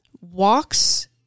walks